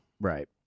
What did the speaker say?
Right